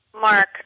Mark